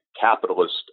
capitalist